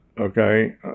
okay